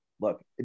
look